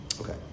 Okay